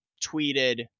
tweeted